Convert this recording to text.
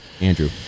andrew